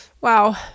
Wow